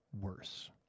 worse